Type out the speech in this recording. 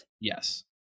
Yes